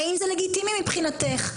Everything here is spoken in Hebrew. האם זה לגיטימי מבחינתך?